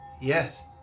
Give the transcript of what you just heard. yes